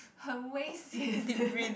很危险 eh